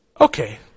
Okay